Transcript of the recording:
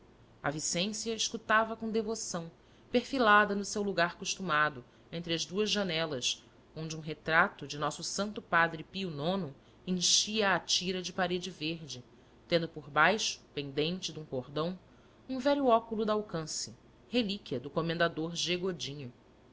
a vicência escutava com devoção perfilada no seu lugar costumado entre as duas janelas onde um retrato do nosso santo padre pio ix enchia a tira de parede verde tendo por baixo pendente de um cordão um velho óculo de alcance relíquia do comendador g godinho